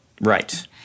Right